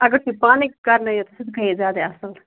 اگر تُہۍ پانے کَرنٲیِو تہٕ سُہ تہِ گٔیے زیادَے اَصٕل